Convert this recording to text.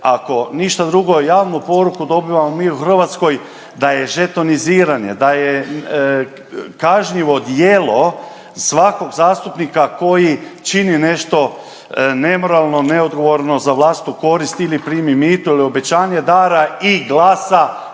ako ništa drugo javnu poruku dobivamo mi u Hrvatskoj da je žetoniziranje, da je kažnjivo djelo svakog zastupnika koji čini nešto nemoralno, neodgovorno za vlastitu korist ili primi mito ili obećanje dara i glasa